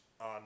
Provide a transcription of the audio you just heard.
on